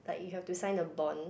like you have to sign a bond